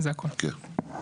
כן.